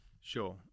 Sure